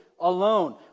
alone